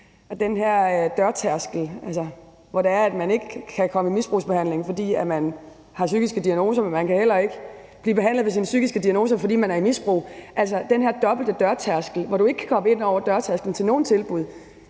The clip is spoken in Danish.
der den her dørtærskel, altså hvor man ikke kan komme i misbrugsbehandling, fordi man har en psykisk diagnose, men man kan heller ikke blive behandlet for sin psykiske diagnose, fordi man er i et misbrug. Altså, den her dobbelte dørtærskel, hvor du ikke kan komme ind over dørtærsklen til nogen tilbud,